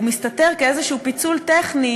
הוא מסתתר כאיזה פיצול טכני.